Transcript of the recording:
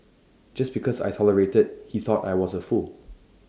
just because I tolerated he thought I was A fool